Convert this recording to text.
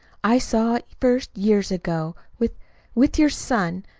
i saw it first years ago, with with your son,